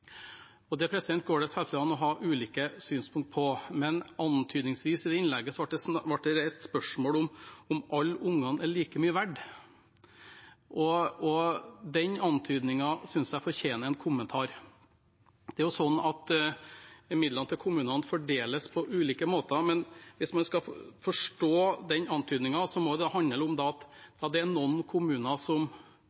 Det går det selvfølgelig an å ha ulike synspunkt på, men i det innlegget ble det antydningsvis reist spørsmål om alle unger er like mye verdt. Den antydningen synes jeg fortjener en kommentar. Det er jo sånn at midlene til kommunene fordeles på ulike måter, men hvis man skal forstå den antydningen, må det handle om at